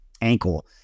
ankle